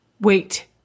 wait